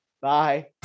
Bye